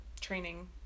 training